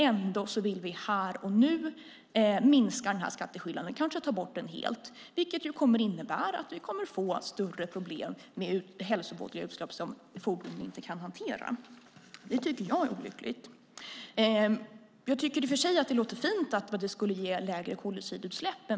Ändå vill ni här och nu minska skatteskillnaden och kanske ta bort den helt, vilket kommer att innebära större problem med hälsovådliga utsläpp som fordon inte kan hantera. Det tycker jag är olyckligt. Jag tycker i och för sig att det låter fint att det skulle ge lägre koldioxidutsläpp.